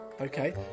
Okay